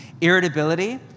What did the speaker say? Irritability